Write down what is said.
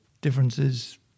differences